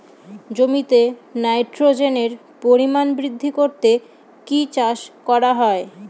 জমিতে নাইট্রোজেনের পরিমাণ বৃদ্ধি করতে কি চাষ করা হয়?